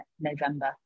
November